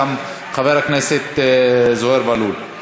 וגם חבר הכנסת זוהיר בהלול.